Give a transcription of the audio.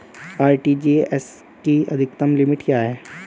RTGS की अधिकतम limit क्या है?